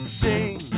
sing